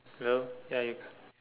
hello ya you